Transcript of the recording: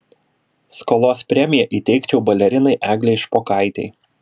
skolos premiją įteikčiau balerinai eglei špokaitei